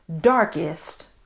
darkest